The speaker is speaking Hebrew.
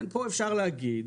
פה אפשר להגיד: